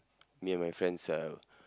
me and my friends uh